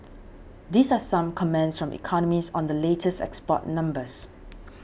these are some comments from economists on the latest export numbers